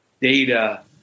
data